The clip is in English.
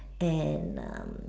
and um